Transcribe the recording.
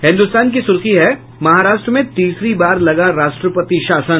हिन्दुस्तान की सुर्खी है महाराष्ट्र में तीसरी बार लगा राष्ट्रपति शासन